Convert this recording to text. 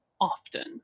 often